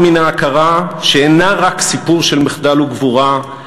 מן ההכרה שאין היא רק סיפור של מחדל וגבורה,